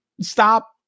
stop